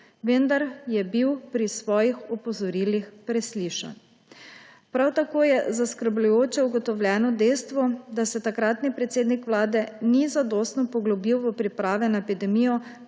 Vendar je bil pri svojih opozorilih preslišan. Prav tako je zaskrbljujoče ugotovljeno dejstvo, da se takratni predsednik vlade ni zadostno poglobil v priprave na epidemijo